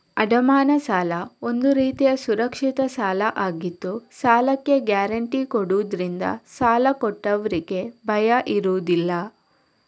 ಅಡಮಾನ ಸಾಲ ಒಂದು ರೀತಿಯ ಸುರಕ್ಷಿತ ಸಾಲ ಆಗಿದ್ದು ಸಾಲಕ್ಕೆ ಗ್ಯಾರಂಟಿ ಕೊಡುದ್ರಿಂದ ಸಾಲ ಕೊಟ್ಟವ್ರಿಗೆ ಭಯ ಇರುದಿಲ್ಲ